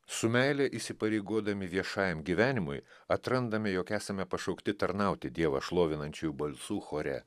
su meile įsipareigodami viešajam gyvenimui atrandame jog esame pašaukti tarnauti dievą šlovinančiųjų balsų chore